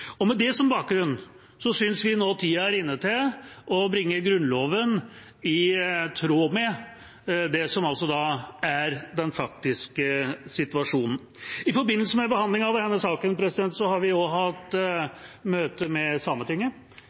Med det som bakgrunn synes vi nå tida er inne til å bringe Grunnloven i tråd med det som er den faktiske situasjonen. I forbindelse med behandlingen av denne saken har vi hatt møte med Sametinget.